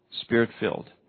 spirit-filled